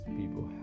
people